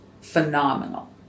phenomenal